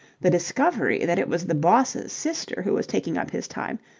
the discovery that it was the boss's sister who was taking up his time,